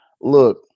Look